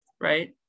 right